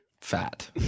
Fat